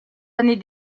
années